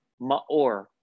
Maor